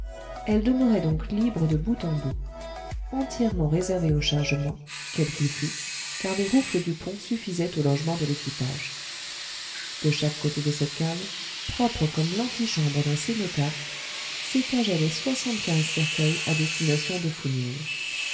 elle demeurait donc libre de bout en bout entièrement réservée au chargement quel qu'il fût car les rouffles du pont suffisaient au logement de l'équipage de chaque côté de cette cale propre comme l'antichambre d'un cénotaphe s'étageaient les soixante-quinze cercueils à destination de fou ning